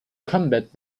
combat